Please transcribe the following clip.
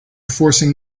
forcing